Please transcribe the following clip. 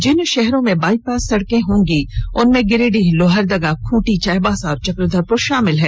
जिन शहरों में बाईपास सड़कें बनेंगी उनमें गिरिडीह लोहरदगा खूंटी चाईबासा और चक्रधरपुर शामिल हैं